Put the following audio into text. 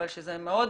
אבל שזה מאוד